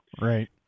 Right